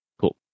Cool